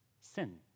sin